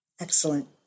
Excellent